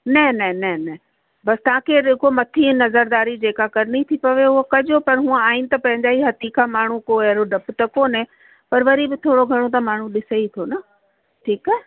न न न न बसि तव्हांखे जेको मथीं नज़रदारी जेका करिणी थी पवे हूअ कॼो पर हूअं आहिनि त पंहिंजा ई हथीका माण्हू को अहिड़ो डपु कोन्हे पर वरी बि थोरो घणो त माण्हू ॾिसे ई थो न ठीकु आहे